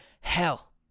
Hell